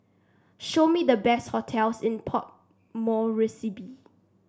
show me the best hotels in Port Moresby